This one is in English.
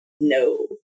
No